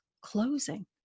closing